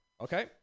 okay